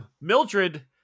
Mildred